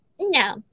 no